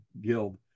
Guild